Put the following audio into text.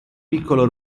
piccolo